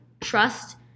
trust